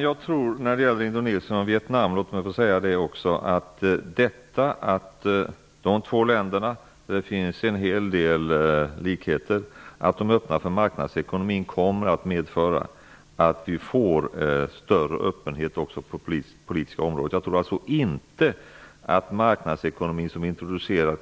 Herr talman! De faktum att Indonesien och Vietnam -- det finns en hel del likheter mellan dem -- är öppna för marknadsekonomin kommer att medföra att det blir en större öppenhet också på det politiska området. Jag tror att marknadsekonomin